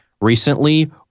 recently